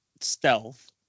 stealth